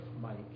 Mike